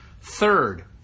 Third